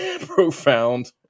profound